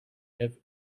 have